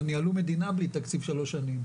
ניהלו מדינה בלי תקציב שלוש שנים.